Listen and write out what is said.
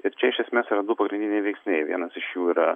ir čia iš esmės yra du pagrindiniai veiksniai vienas iš jų yra